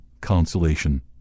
consolation